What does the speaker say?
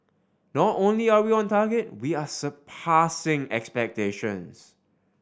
not only are we on target we are surpassing expectations